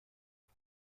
ازت